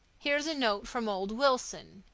here's a note from old wilson.